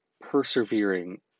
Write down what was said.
persevering